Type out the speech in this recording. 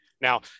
Now